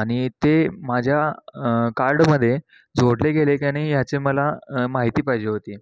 आणि ते माझ्या कार्ड मध्ये जोडले गेले की आणि याचे मला माहिती पाहिजे होती